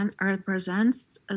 Represents